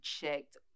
checked